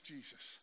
Jesus